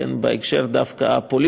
דווקא בהקשר הפוליטי,